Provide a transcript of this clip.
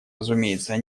разумеется